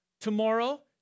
Tomorrow